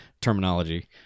terminology